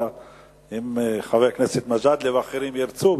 אם חבר הכנסת מג'אדלה ואחרים ירצו,